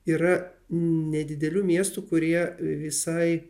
yra nedidelių miestų kurie visai